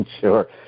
Sure